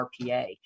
RPA